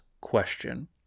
question